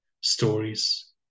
stories